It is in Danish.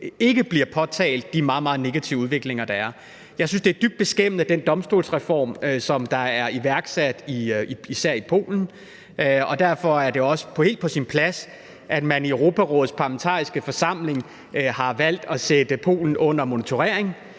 fald bliver påtalt de meget, meget negative udviklinger, der er. Jeg synes, det er dybt beskæmmende med den domstolsreform, som er blevet iværksat, især i Polen, og derfor er det også helt på sin plads, at man i Europarådets Parlamentariske Forsamling har valgt at sætte Polen under monitorering.